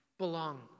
belong